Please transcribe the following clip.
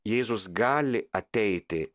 jėzus gali ateiti